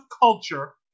culture